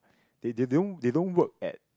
they they don't they don't work at